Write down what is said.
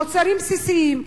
מוצרים בסיסיים.